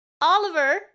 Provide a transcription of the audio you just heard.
Oliver